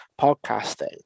podcasting